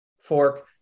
fork